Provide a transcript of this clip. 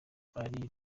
ari